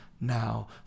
now